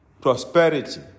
prosperity